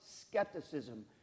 skepticism